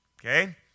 okay